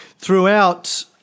Throughout